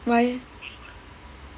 why